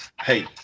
Hey